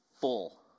full